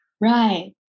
Right